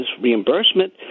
reimbursement